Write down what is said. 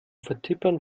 vertippern